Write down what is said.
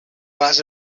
glass